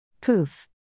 Poof